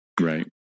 right